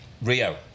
Rio